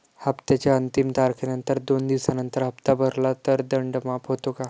हप्त्याच्या अंतिम तारखेनंतर दोन दिवसानंतर हप्ता भरला तर दंड माफ होतो का?